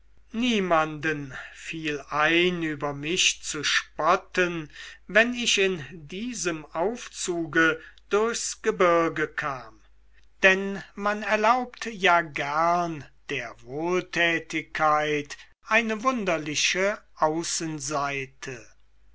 niemanden fiel ein über mich zu spotten wenn ich in diesem aufzuge durchs gebirge kam denn man erlaubt ja gern der wohltätigkeit eine wunderliche außenseite